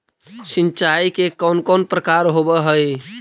सिंचाई के कौन कौन प्रकार होव हइ?